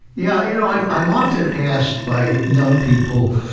yeah, you know, i'm i'm often asked by young people,